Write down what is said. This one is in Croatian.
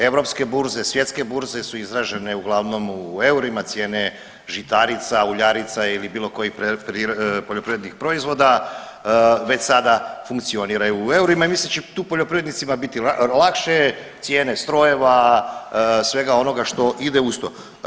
Europske burze, svjetske burze su izražene uglavnom u eurima, cijene žitarica uljarica ili bilo kojih poljoprivrednih proizvoda, već sada funkcioniraju u eurima i mislim da će tu poljoprivrednicima biti lakše, cijene strojeva, svega onoga što ide uz to.